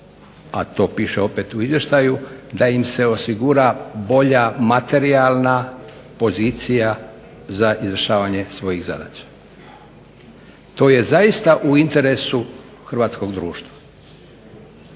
a to piše opet u izvještaju da im se osigura bolja materijalna pozicija za izvršavanje svojih zadaća to je zaista u interesu Hrvatskog društva.